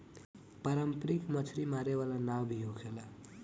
पारंपरिक मछरी मारे वाला नाव भी होखेला